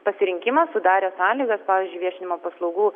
pasirinkimas sudarė sąlygas pavyzdžiui viešinimo paslaugų